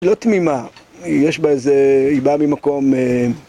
לא תמימה, יש בה איזה, היא באה ממקום...